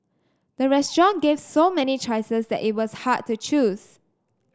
the restaurant gave so many choices that it was hard to choose